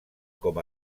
com